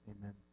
Amen